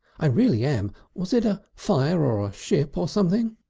i really am. was it a fire or a ship or something?